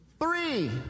three